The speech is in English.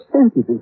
sensitive